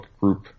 group